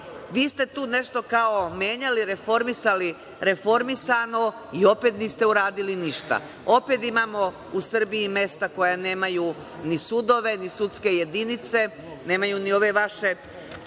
Vi ste tu nešto kao menjali, reformisali reformisano i opet niste uradili ništa. Opet imamo u Srbiji mesta koja nemaju ni sudove, ni sudske jedinice, nemaju ni ove vaše,